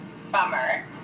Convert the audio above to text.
summer